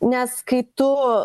nes kai tu